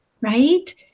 Right